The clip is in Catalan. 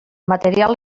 material